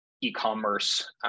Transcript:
e-commerce